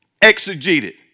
exegeted